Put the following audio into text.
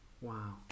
wow